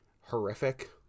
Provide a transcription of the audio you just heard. horrific